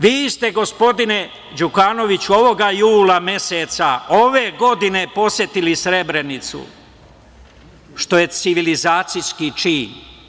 Vi ste, gospodine Đukanoviću, ovoga jula meseca ove godine posetili Srebrenicu, što je civilizacijski čin.